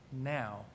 now